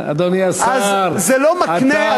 אז זה לא מקנה,